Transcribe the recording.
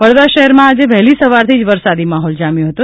વડોદરા શહેરમાં આજે વહેલી સવારથી જ વરસાદી માહોલ જામ્યો છે